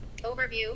overview